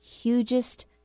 hugest